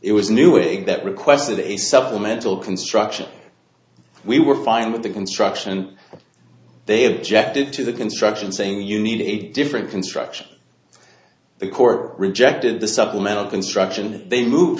it was knew it that requested a supplemental construction we were fine with the construction they have objected to the construction saying you need a different construction the court rejected the supplemental construction that they moved